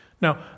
Now